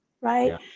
right